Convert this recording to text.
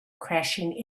crashing